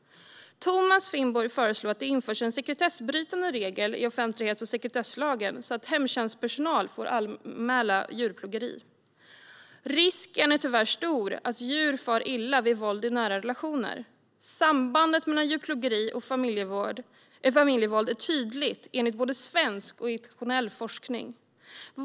Thomas Finnborg föreslår att det införs en sekretessbrytande regel i offentlighets och sekretesslagen så att hemtjänstpersonal får anmäla djurplågeri. Risken är tyvärr stor att djur far illa vid våld i nära relationer. Sambandet mellan djurplågeri och familjevåld är tydligt enligt både svensk och internationell forskning.